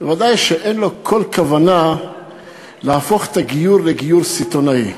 ודאי שאין לו כל כוונה להפוך את הגיור לגיור סיטוני.